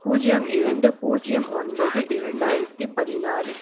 பூஜ்யம் இரண்டு பூஜ்யம் ஒன்பது இரண்டாயிரத்தி பதினாறு